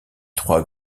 trois